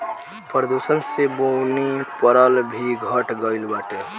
प्रदूषण से बुनी परल भी घट गइल बाटे